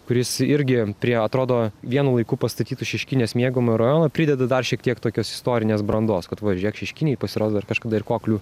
kuris irgi prie atrodo vienu laiku pastatytų šeškinės miegamojo rajono prideda dar šiek tiek tokios istorinės brandos kad va žiūrėk šeškinėj pasirodo dar kažkada ir koklių